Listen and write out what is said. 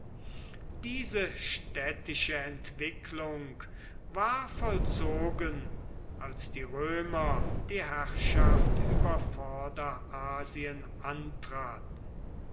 diese städtische entwicklung war vollzogen als die römer die herrschaft über vorderasien antraten